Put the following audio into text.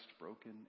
broken